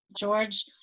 George